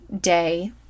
day